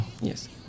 Yes